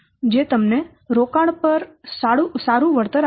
જે તમને રોકાણ પર સારું વળતર આપશે